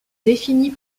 définit